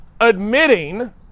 admitting